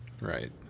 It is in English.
Right